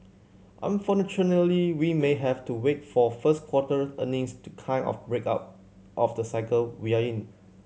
we may have to wait for first quarters earnings to kind of break out of the cycle we're in